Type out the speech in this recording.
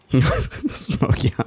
smoky